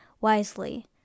wisely